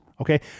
okay